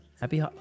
happy